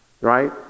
right